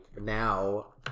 now